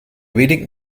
wenigen